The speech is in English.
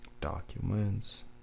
Documents